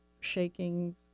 shaking